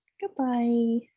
goodbye